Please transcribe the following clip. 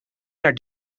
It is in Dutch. naar